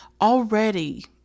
already